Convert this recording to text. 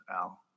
Al